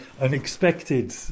unexpected